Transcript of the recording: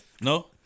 No